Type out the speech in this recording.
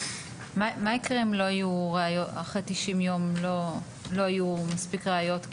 מה יקרה אם אחרי 90 יום לא יהיו מספיק ראיות?